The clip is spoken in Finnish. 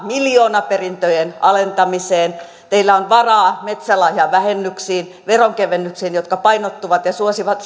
miljoonaperintöjen alentamiseen teillä on varaa metsälahjavähennyksiin veronkevennyksiin jotka painottuvat suurituloisille ja suosivat